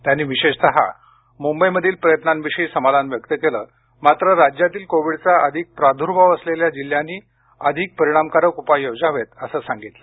त्यांनी विशेषत मुंबईमधील प्रयत्नांविषयी समाधान व्यक्त केले मात्र राज्यातील कोविडचा अधिक प्रादुर्भाव असलेल्या जिल्ह्यांनी अधिक परिणामकारक उपाय योजावेत असं सांगितले